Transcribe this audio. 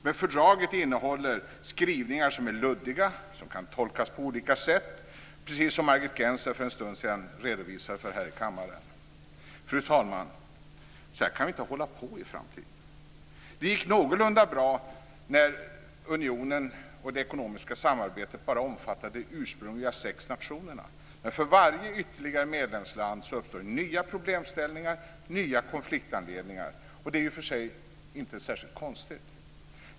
Men fördraget innehåller skrivningar som är luddiga och som kan tolkas på olika sätt, precis som Margit Gennser redovisade för en stund sedan här i kammaren. Fru talman! Så här kan vi inte hålla på i framtiden. Det gick någorlunda bra när unionen och det ekonomiska samarbetet bara omfattade de ursprungliga sex nationerna. Men för varje ytterligare medlemsland uppstår nya problemställningar, nya konfliktanledningar. Det är i och för sig inte särskilt konstigt.